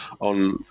on